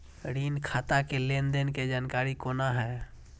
ऋण खाता के लेन देन के जानकारी कोना हैं?